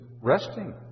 resting